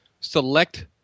select